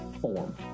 form